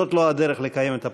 זאת לא הדרך לקיים את הפרלמנט.